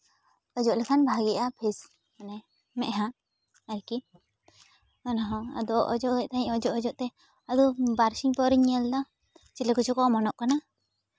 ᱚᱡᱚᱜ ᱞᱮᱠᱷᱟᱱ ᱵᱷᱟᱜᱮᱜᱼᱟ ᱯᱷᱮᱥ ᱢᱟᱱᱮ ᱢᱮᱫᱦᱟ ᱟᱨᱠᱤ ᱮᱱᱦᱚᱸ ᱟᱫᱚ ᱚᱡᱚᱜ ᱛᱟᱦᱮᱸᱜ ᱚᱡᱚᱜ ᱚᱡᱚᱜ ᱛᱮ ᱟᱫᱚ ᱵᱟᱨᱥᱤᱧ ᱯᱚᱨᱮᱧ ᱧᱮᱞᱫᱟ ᱪᱤᱞᱤ ᱠᱚᱪᱚ ᱠᱚ ᱚᱢᱚᱱᱚᱜ ᱠᱟᱱᱟ